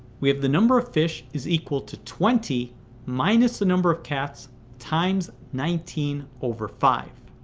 we have the number of fish is equal to twenty minus the number of cats times nineteen over five.